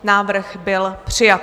Návrh byl přijat.